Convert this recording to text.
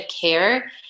care